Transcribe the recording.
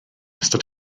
ystod